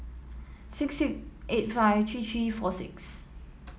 six six eight five three three four six